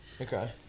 Okay